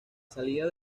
salida